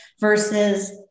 versus